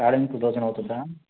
ట్రావెలింగ్కి two thousand అవుతుందా